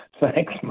Thanks